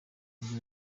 nibwo